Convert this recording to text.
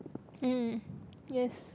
mm yes